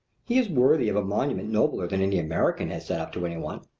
he is worthy of a monument nobler than any america has set up to any one.